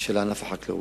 בענף החקלאות,